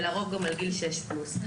ולרוב גם על גיל 6 פלוס.